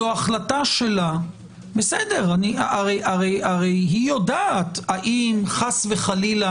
זו החלטה שלה, בסדר, הרי היא יודעת האם חס וחלילה